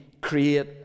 create